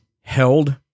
held